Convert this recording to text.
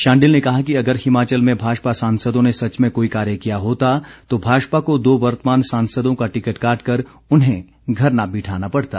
शांडिल ने कहा कि अगर हिमाचल में भाजपा सांसदों ने सच में कोई कार्य किया होता तो भाजपा को दो वर्तमान सांसदों का टिकट काटकर उन्हें घर न बिठाना पड़ता